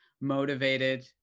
motivated